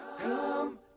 Come